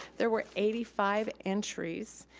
there were eighty five entries,